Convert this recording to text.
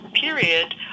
period